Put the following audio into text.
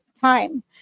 time